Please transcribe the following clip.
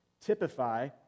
typify